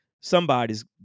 somebody's